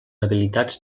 habilitats